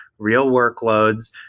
real workloads,